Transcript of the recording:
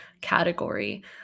category